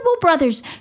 brothers